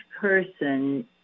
person